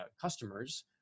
customers